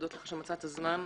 ולהודות לך שמצאת זמן לכך.